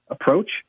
approach